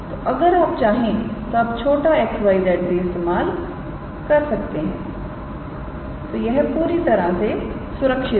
तो अगर आप चाहें तो आप छोटा x y z भी इस्तेमाल कर सकते हैं और यह पूरी तरह से सुरक्षित है